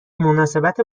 مناسبت